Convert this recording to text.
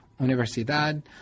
Universidad